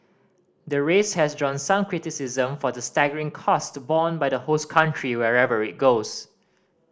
the race has drawn some criticism for the staggering cost borne by the host country wherever it goes